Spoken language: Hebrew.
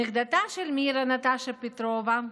נכדתה של מירה, נטשה פטרובה,